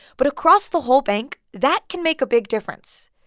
but across the whole bank, that can make a big difference.